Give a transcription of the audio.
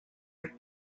are